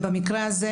במקרה הזה,